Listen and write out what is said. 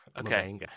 okay